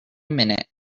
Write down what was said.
minute